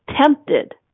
tempted